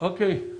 אוקיי.